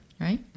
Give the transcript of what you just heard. Right